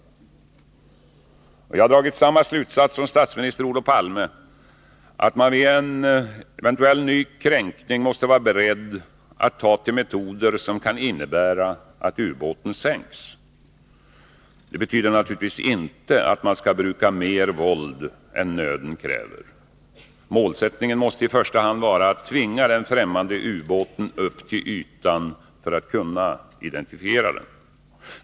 Jag har dragit samma slutsats som Olof Palme: att man vid en eventuell ny kränkning måste vara beredd att ta till metoder som kan innebära att ubåten sänks. Det betyder naturligtvis inte att man skall bruka mer våld än nöden kräver. Målsättningen måste i första hand vara att tvinga den främmande ubåten upp till ytan för att kunna identifiera den.